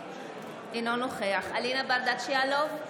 אינו נוכח אלינה ברדץ' יאלוב,